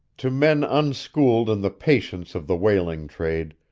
to men unschooled in the patience of the whaling trade,